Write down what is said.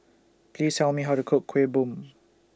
Please Tell Me How to Cook Kueh Bom